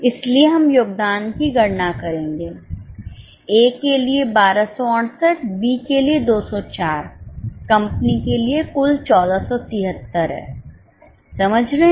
इसलिए हम योगदान की गणना करेंगे A के लिए 1268 B के लिए 204 कंपनी के लिए कुल 1473 है समझ रहे हैं